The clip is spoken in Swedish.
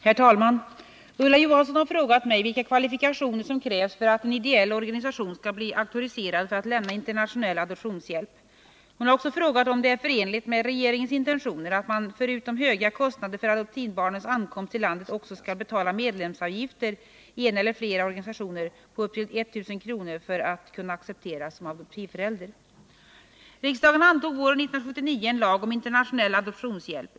Herr talman! Ulla Johansson har frågat mig vilka kvalifikationer som krävs för att en ideell organisation skall bli auktoriserad för att lämna internationell adoptionshjälp. Hon har också frågat om det är förenligt med regeringens intentioner att man förutom höga kostnader för adoptivbarnens ankomst till landet också skall betala medlemsavgifter i en eller flera organisationer på upp till 1 000 kr. för att kunna accepteras som adoptivförälder. Riksdagen antog våren 1979 en lag om internationell adoptionshjälp.